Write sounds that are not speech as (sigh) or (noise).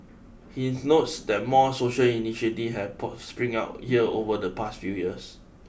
he notes that more social initiatives have (unintelligible) sprung up here over the past few years